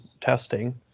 testing